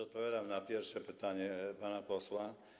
Odpowiadam na pierwsze pytanie pana posła.